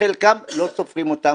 חלקם לא סופרים אותם,